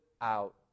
out